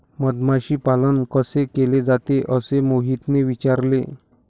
मधमाशी पालन कसे केले जाते? असे मोहितने विचारले